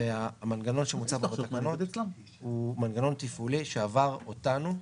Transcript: המנגנון שמוצע בתקנות הוא מנגנון תפעולי שעבר אותנו,